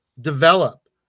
develop